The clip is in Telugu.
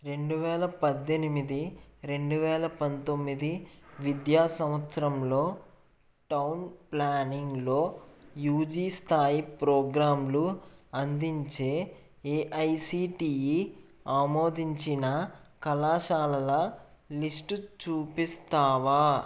రెండు వేల పద్దెనిమిది రెండు వేల పంతొమ్మిది విద్యా సంవత్సరంలో టౌన్ ప్లానింగ్లో యూజీ స్థాయి ప్రోగ్రాంలు అందించే ఏఐసిటిఈ ఆమోదించిన కళాశాలల లిస్ట్ చూపిస్తావా